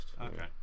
Okay